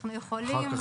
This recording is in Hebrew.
אנחנו יכולים.